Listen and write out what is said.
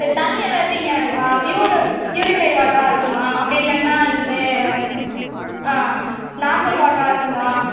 சரி தண்ணியெல்லாம் எப்படிங்க ப்யூர் ப்யூரிஃபை வாட்ராக இருக்குமா அப்படி இல்லைன்னா இந்த ஆ நார்மல் வாட்டராக இருக்குமா